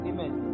Amen